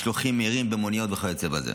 משלוחים מהירים במוניות וכיוצא בזה.